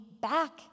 back